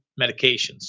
medications